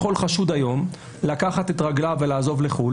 יכול חשוד היום לקחת את רגליו ולעזוב לחו"ל,